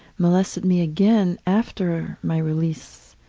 molested me again after my release.